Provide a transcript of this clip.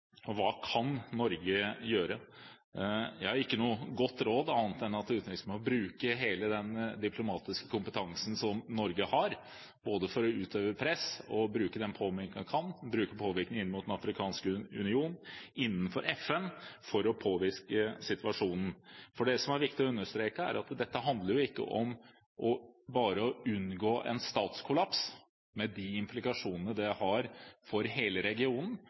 Hva kan Norge gjøre? Jeg har ikke noe godt råd annet enn at utenriksministeren må bruke hele den diplomatiske kompetansen som Norge har, både for å utøve press og påvirke der man kan, påvirke Den afrikanske union, innenfor FN, for å påvirke situasjonen. Det som er viktig å understreke, er at dette handler ikke bare om å unngå en statskollaps med de implikasjonene det har for hele regionen,